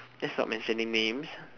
let's not mention names